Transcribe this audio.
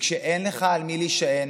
וכשאין לך על מי להישען,